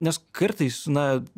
nes kartais na